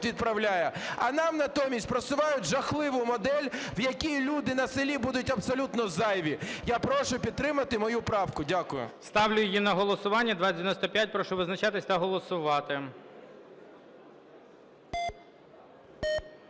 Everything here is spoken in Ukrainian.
відправляє. А нам натомість просувають жахливу модель, в якій люди на селі будуть абсолютно зайві. Я прошу підтримати мою правку. Дякую. ГОЛОВУЮЧИЙ. Ставлю її на голосування 2095. Прошу визначатись та голосувати.